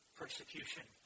persecution